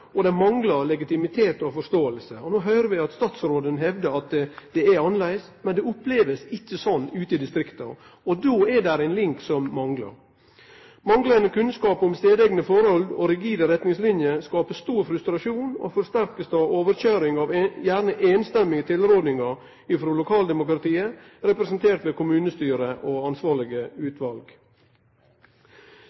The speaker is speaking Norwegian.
manglar legitimitet og forståing. No høyrer vi at statsråden hevdar at det er annleis, men ein opplever det ikkje slik ute i distrikta. Då er det ein link som manglar. Manglande kunnskap om lokale forhold og rigide retningslinjer skaper stor frustrasjon og blir forsterka av overkøyring av gjerne samrøystes tilrådingar frå lokaldemokratiet, representert ved kommunestyre og ansvarlege